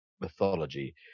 mythology